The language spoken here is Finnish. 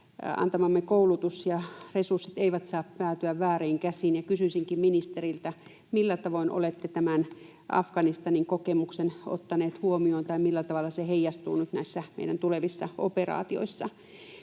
Antamamme koulutus ja resurssit eivät saa päätyä vääriin käsiin. Kysyisinkin ministeriltä: millä tavoin olette tämän Afganistanin kokemuksen ottaneet huomioon, tai millä tavalla se heijastuu nyt näissä meidän